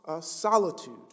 solitude